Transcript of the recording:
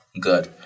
good